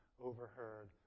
overheard